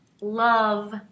love